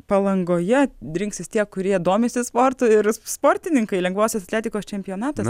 palangoje drinksis tie kurie domisi sportu ir sportininkai lengvosios atletikos čempionatas